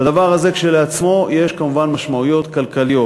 לדבר הזה כשלעצמו יש כמובן משמעויות כלכליות.